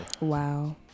Wow